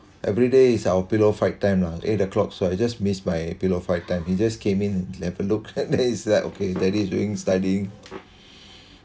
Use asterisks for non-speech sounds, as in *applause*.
everyday is our pillow fight time lah eight o'clock so I just missed my pillow fight time he just came in and have a look and then he's like okay daddy doing studying *breath*